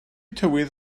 tywydd